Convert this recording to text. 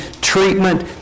treatment